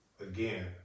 again